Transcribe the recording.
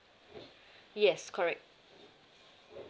yes correct